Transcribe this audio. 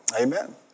Amen